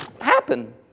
happen